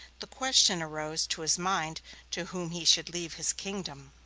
the question arose to his mind to whom he should leave his kingdom.